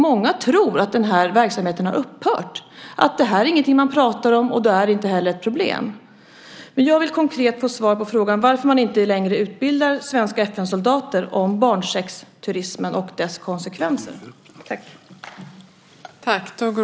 Många tror att verksamheten har upphört. Det är inget man pratar om, och då är det inte heller ett problem. Jag vill konkret ha svar på frågan: Varför utbildar man inte längre svenska FN-soldater om konsekvenserna av barnsexturism?